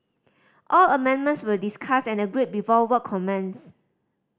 all amendments were discussed and agreed before work commenced